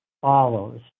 follows